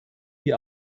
die